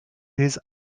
his